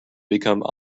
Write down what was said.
become